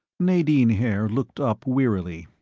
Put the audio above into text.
nadine haer looked up wearily.